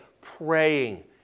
praying